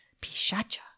pishacha